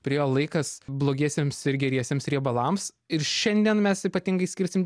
priėjo laikas blogiesiems ir geriesiems riebalams ir šiandien mes ypatingai skirsim